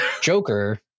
Joker